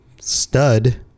stud